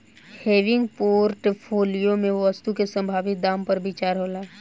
हेविंग portfolio में वस्तु के संभावित दाम पर विचार होला